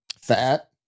Fat